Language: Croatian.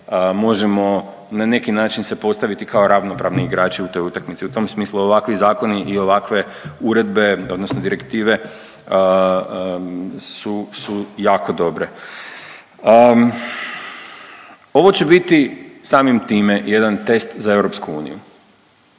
možemo na neki način se postaviti kao ravnopravni igrači u toj utakmici. U tom smislu ovakvi zakoni i ovakve uredbe odnosno direktive su, su jako dobre. Ovo će biti samim time jedan test za EU. Ovo je